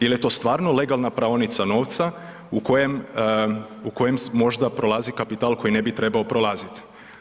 Je li to stvarno legalna praonica novca u kojem možda prolazi kapital koji ne bi trebao prolaziti.